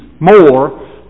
more